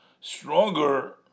stronger